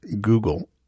Google